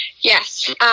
yes